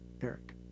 Eric